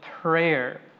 prayer